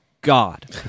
God